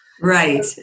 Right